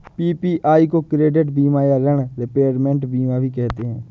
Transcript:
PPI को credit बीमा या ॠण रिपेयरमेंट बीमा भी कहते हैं